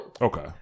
Okay